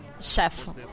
chef